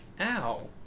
ow